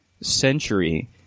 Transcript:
century